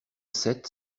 sept